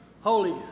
Holy